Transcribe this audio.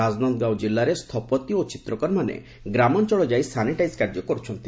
ରାଜନନ୍ଦଗାଓଁ ଜିଲ୍ଲାରେ ସ୍ଥପତି ଓ ଚିତ୍ରକରମାନେ ଗ୍ରାମାଞ୍ଚଳ ଯାଇ ସାନିଟାଇଜ୍ କାର୍ଯ୍ୟ କର୍ଗ୍ରଚ୍ଚନ୍ତି